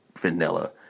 vanilla